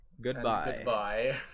goodbye